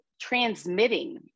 transmitting